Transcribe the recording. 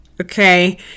Okay